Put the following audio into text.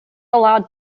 allowed